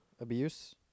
Abuse